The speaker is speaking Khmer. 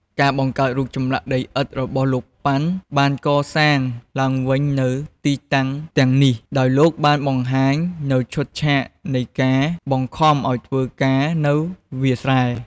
ការបង្កើតរូបចម្លាក់ដីឥដ្ឋរបស់លោក ប៉ាន់ បានកសាងឡើងវិញនូវទីតាំងទាំងនេះ ដោយលោកបានបង្ហាញនូវឈុតឆាកនៃការបង្ខំឲ្យធ្វើការនៅវាលស្រែ។